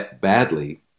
badly